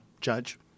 judge